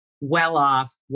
well-off